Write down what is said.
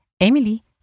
Emily